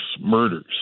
murders